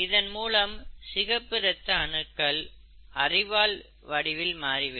இதன் மூலம் சிகப்பு இரத்த அணுக்கள் அரிவாள் வடிவில் மாறிவிடும்